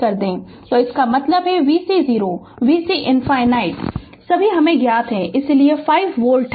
Refer Slide Time 3356 तो इसका मतलब है कि vc 0 vc ∞ सभी हमें ज्ञात हैं इसलिए 5 वोल्ट है